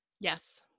Yes